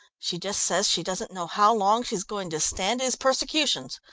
she just says she doesn't know how long she's going to stand his persecutions.